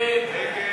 ההסתייגות של חבר הכנסת